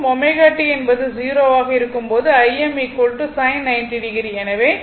ω t என்பது 0 ஆக இருக்கும்போது Im sin 90o எனவே Im